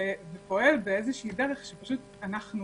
ופועל בדרך שאנחנו,